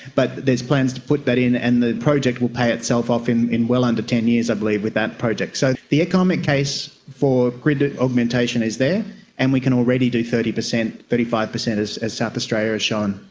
but there are plans to put that in, and the project will pay itself off in in well under ten years i believe with that project. so the economic case for grid augmentation is there and we can already do thirty percent, thirty five percent as south australia has shown.